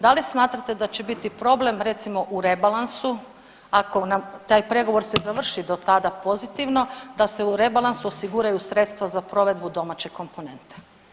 Da li smatrate da će biti problem recimo u rebalansu ako nam taj pregovor završi do tada pozitivno da se u rebalansu osiguraju sredstva za provedbu domaće komponente?